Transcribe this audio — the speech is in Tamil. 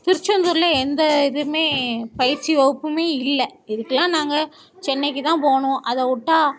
திருச்செந்தூரில் எந்த இதுவுமே பயிற்சி வகுப்புமே இல்லை இதுக்கு எல்லாம் நாங்கள் சென்னைக்கு தான் போகணும் அதை விட்டா